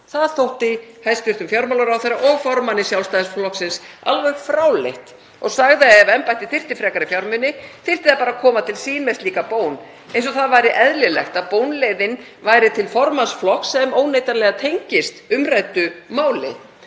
Það þótti hæstv. fjármálaráðherra og formanni Sjálfstæðisflokksins alveg fráleitt og sagði að ef embættið þyrfti frekari fjármuni þyrfti það bara að koma til sín með slíka bón, eins og eðlilegt væri að bónleiðin væri til formanns flokks sem óneitanlega tengist umræddu máli